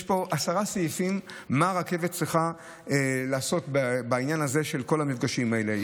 יש פה עשרה סעיפים מה הרכבת צריכה לעשות בכל המפגשים האלה.